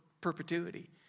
perpetuity